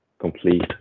complete